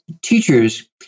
teachers